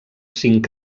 cinc